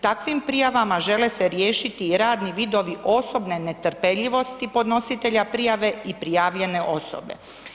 Takvim prijava žele se riješiti radni vidovi osobne netrpeljivosti podnositelja prijava i prijavljene osobe.